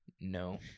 No